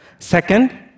Second